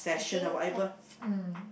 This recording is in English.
I think I mm